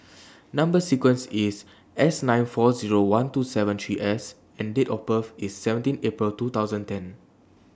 Number sequence IS S nine four Zero one two seven three S and Date of birth IS seventeen April two thousand and ten